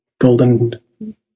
golden